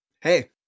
hey